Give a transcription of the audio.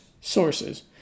sources